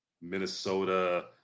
Minnesota